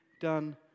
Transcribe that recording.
done